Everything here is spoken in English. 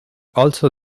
also